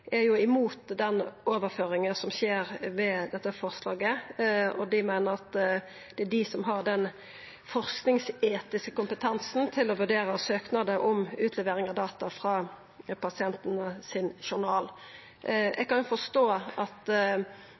er imot den overføringa som skjer ved dette forslaget. Dei meiner at det er dei som har den forskingsetiske kompetansen til å vurdera søknader om utlevering av data frå pasientane sin journal. Senterpartiet skriv at